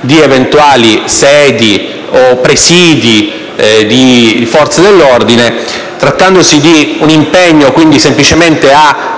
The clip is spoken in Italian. di eventuali sedi o presidi delle forze dell'ordine. Trattandosi di un impegno semplicemente a